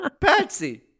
Patsy